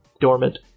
dormant